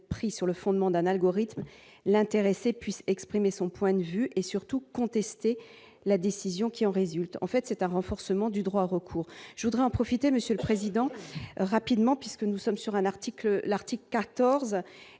prises sur le fondement d'un algorithme, l'intéressé puisse exprimer son point de vue et surtout contesté la décision qui en résultent, en fait c'est un renforcement du droit recours je voudrais en profiter, monsieur le président, rapidement, puisque nous sommes sur un article,